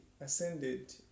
ascended